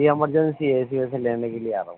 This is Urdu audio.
یہ ایمرجنسی ہے اسی وجہ سے لینے کے لیے آ رہا ہوں